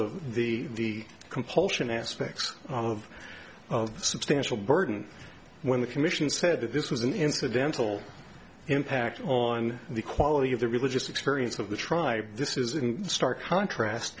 of the compulsion aspects of substantial burden when the commission said that this was an incidental impact on the quality of the religious experience of the tribe this is in stark contrast